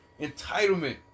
entitlement